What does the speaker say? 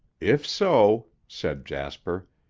if so, said jasper,